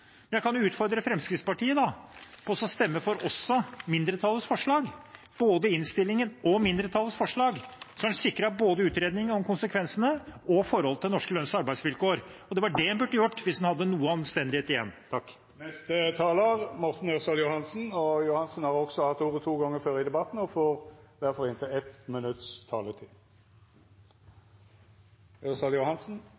Jeg kan jo da utfordre Fremskrittspartiet til å stemme for også mindretallets forslag, både innstillingen og mindretallets forslag. Da er en sikret en utredning om både konsekvensene og forholdet til norske lønns- og arbeidsvilkår. Det var det en burde gjort hvis en hadde hatt litt anstendighet igjen. Representanten Morten Ørsal Johansen har hatt ordet to gonger tidlegare i debatten og får